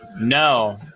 No